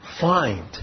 find